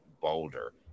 Boulder